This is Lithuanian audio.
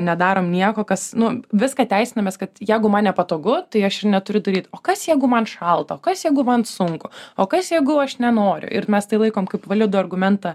nedarome nieko kas nu viską teisinamės kad jeigu man nepatogu tai aš neturiu daryti o kas jeigu man šalto kas jeigu man sunku o kas jeigu aš nenoriu ir mes tai laikome kaip validų argumentą